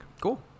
Cool